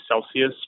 celsius